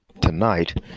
tonight